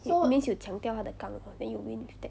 so means you 抢掉他的杠 then you win with that